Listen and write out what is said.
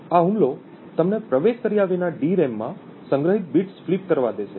આ હુમલો તમને પ્રવેશ કર્યા વિના ડીરેમ માં સંગ્રહિત બિટ્સ ફ્લિપ કરવા દેશે